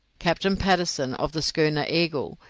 captain patterson, of the schooner eagle,